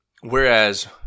whereas